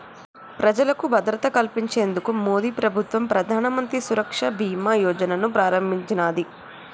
ప్రజలకు భద్రత కల్పించేందుకు మోదీప్రభుత్వం ప్రధానమంత్రి సురక్ష బీమా యోజనను ప్రారంభించినాది